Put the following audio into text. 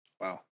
Wow